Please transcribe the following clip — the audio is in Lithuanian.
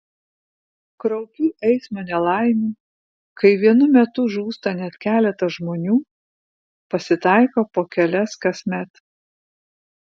kraupių eismo nelaimių kai vienu metu žūsta net keletas žmonių pasitaiko po kelias kasmet